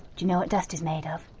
you know what dust is made of?